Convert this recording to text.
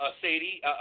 Sadie